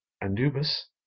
Anubis